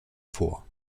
vor